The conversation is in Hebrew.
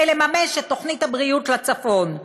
כדי לממש את תוכנית הבריאות בצפון.